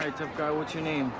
right, tough guy, what's your name?